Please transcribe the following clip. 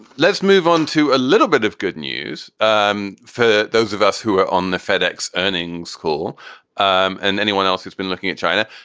let's move on to a little bit of good news um for those of us who are on the fedex earnings call um and anyone else who's been looking at china.